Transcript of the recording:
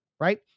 Right